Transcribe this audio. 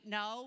no